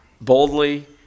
boldly